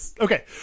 Okay